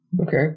Okay